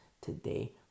today